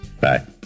Bye